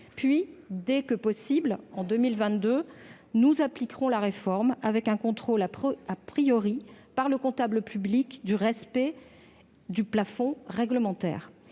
Puis, dès que possible en 2022, nous appliquerons la réforme avec un contrôle par le comptable public du respect du plafond réglementaire.